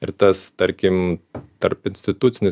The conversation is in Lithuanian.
ir tas tarkim tarpinstitucinis